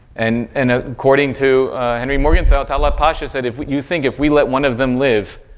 and and, ah according to henry morgenthau, talaat pasha said, if you think if we let one of them live,